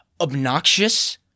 obnoxious